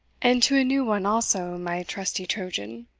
and to a new one also, my trusty trojan,